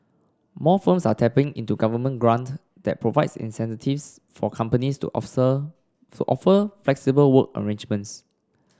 more firms are tapping into government grant that provides incentives for companies to observe for offer flexible work arrangements